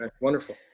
wonderful